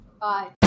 Bye